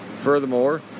Furthermore